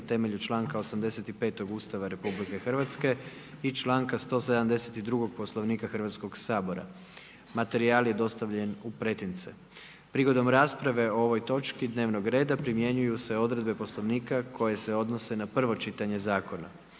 na temelju članka 85. Ustava Republike Hrvatske i članka 172. Poslovnika Hrvatskoga sabora. Materijal je dostavljen u pretince. Prilikom rasprave o ovoj točki dnevnog reda primjenjuju se odredbe Poslovnika koje se odnose na prvo čitanje zakona.